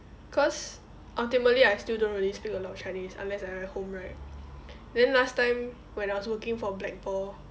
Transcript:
cause ultimately I still don't really speak a lot of chinese unless I'm at home right then last time when I was working for black ball